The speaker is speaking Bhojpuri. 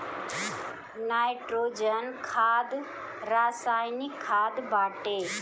नाइट्रोजन खाद रासायनिक खाद बाटे